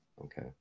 Okay